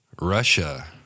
Russia